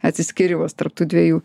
atsiskyrimas tarp tų dviejų